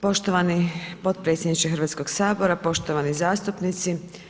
Poštovani potpredsjedniče Hrvatskog sabora, poštovani zastupnici.